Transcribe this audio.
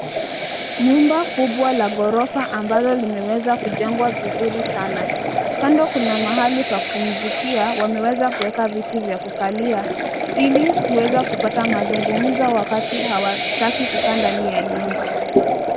Nyumba kubwa la ghorofa ambalo limeweza kujengwa vizuri sana. Kando kuna mahali pa kupumzikia, wameweza kuweka viti vya kukalia ili kuweza kupata mazungumza wakati hawatki kukaa ndani ya nyumba.